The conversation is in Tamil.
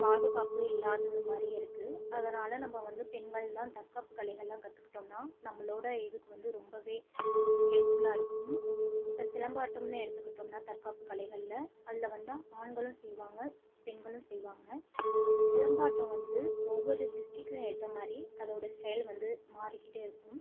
பாதுகாப்பு இல்லாதது மாதிரியே இருக்குது அதனால் நம்ம வந்து பெண்கள்லா தற்காப்பு கலைகள்லா கதற்றுக்கிட்டோம்னா நம்மளோட இதுக்கு வந்து ரொம்பவே ஹெல்ப் ஃபுல்லாருக்கும் இப்போ சிலம்பாட்டம்னு எடுத்துகிட்டோம்னா தற்காப்பு கலைகளில் அதில் வந்து ஆண்களும் செய்வாங்கள் பெண்களும் செய்வாங்கள் சிலம்பாட்டம் வந்து ஒவ்வொரு டிஸ்ட்டிக்கு ஏற்ற மாதிரி அதோடய ஸ்டைல் வந்து மாறிக்கிட்டே இருக்கும்